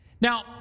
Now